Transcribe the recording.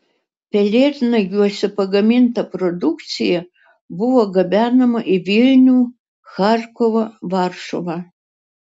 pelėdnagiuose pagaminta produkcija buvo gabenama į vilnių charkovą varšuvą